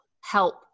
help